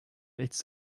its